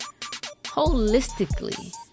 Holistically